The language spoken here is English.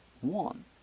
one